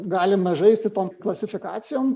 galima žaisti tom klasifikacijom